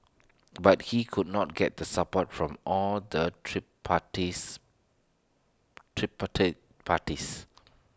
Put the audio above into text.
but he could not get the support from all the tree parties tripartite parties